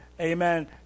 Amen